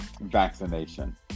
vaccination